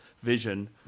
vision